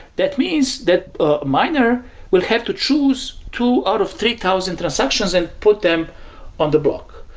that means that a miner will have to choose two out of three thousand transactions and put them on the block.